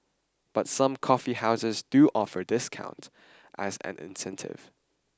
but some coffee houses do offer discounts as an incentive